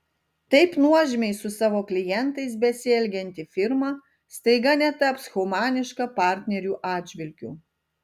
taip nuožmiai su savo klientais besielgianti firma staiga netaps humaniška partnerių atžvilgiu